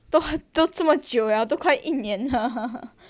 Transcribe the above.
都都这么久了都快一年了